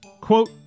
Quote